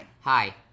Hi